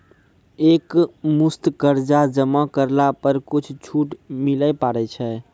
एक मुस्त कर्जा जमा करला पर कुछ छुट मिले पारे छै?